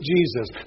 Jesus